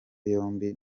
yombi